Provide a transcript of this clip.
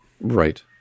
Right